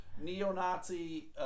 neo-Nazi